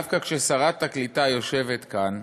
דווקא כששרת העלייה והקליטה יושבת כאן: